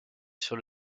sur